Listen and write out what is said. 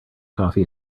coffee